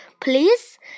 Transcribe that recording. please